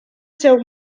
seu